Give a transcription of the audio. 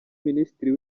minisitiri